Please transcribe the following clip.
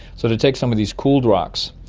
so to take some of these cooled rocks.